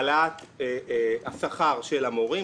העלאת השכר של המורים.